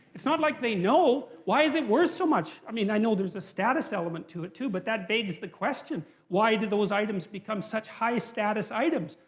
it's not like they know! why is it worth so much? i mean i know there's a status element to it, too, but that begs the question why did those items become such high status items?